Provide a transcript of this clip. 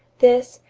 this,